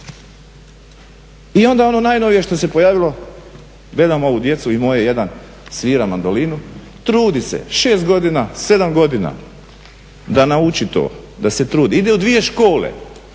I onda ono najnovije što se pojavilo, gledam ovu djecu, ima jedan svira mandolinu, trudi se 6 godina, 7 godina da nauči to, da se trudi, ide u dvije škole,